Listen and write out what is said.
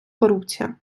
корупція